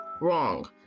Wrong